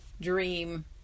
dream